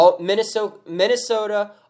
Minnesota